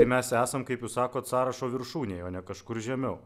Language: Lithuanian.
tai mes esam kaip jūs sakot sąrašo viršūnėj o ne kažkur žemiau